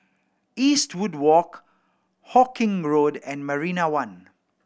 Eastwood Walk Hawkinge Road and Marina One